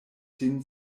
sin